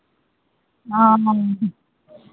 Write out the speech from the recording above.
हँ